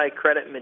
credit